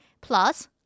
plus